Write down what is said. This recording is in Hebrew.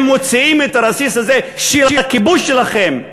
אם מוציאים את הרסיס הזה של הכיבוש שלכם,